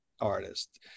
artist